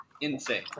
insane